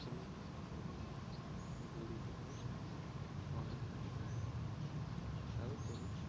অসমীয়া ভাষাটোৰ লগত জড়িত হৈ পৰা দেখা যায় তাৰোপৰি